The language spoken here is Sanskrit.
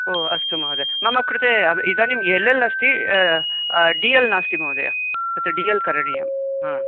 ओ अस्तु महोदय मम कृते इदानीम् एल् एल् अस्ति डि एल् नास्ति महोदय तत् डी एल् करणीयं